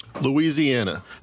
Louisiana